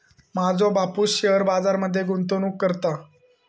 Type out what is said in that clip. माझो बापूस शेअर बाजार मध्ये गुंतवणूक करता